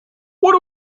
what